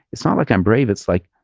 it's not like i'm brave. it's like,